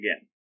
again